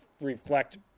reflect